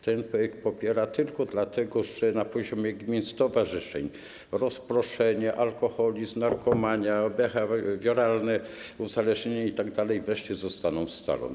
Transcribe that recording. Ten projekt popiera tylko dlatego, że na poziomie gmin, stowarzyszeń rozproszenie, alkoholizm, narkomania, behawioralne uzależnienie itd. wreszcie zostaną scalone.